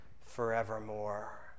forevermore